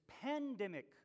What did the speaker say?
pandemic